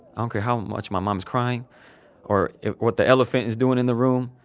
um care how much my mom's crying or what the elephant is doing in the room.